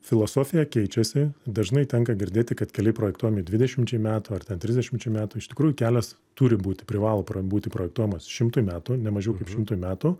filosofija keičiasi dažnai tenka girdėti kad keliai projektuojami dvidešimčiai metų ar ten trisdešimčiai metų iš tikrųjų kelias turi būti privalo būti projektuojamas šimtui metų nemažiau kaip šimtui metų